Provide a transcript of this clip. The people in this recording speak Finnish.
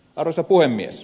arvoisa puhemies